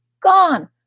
Gone